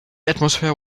atmosphere